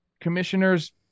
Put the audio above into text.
commissioner's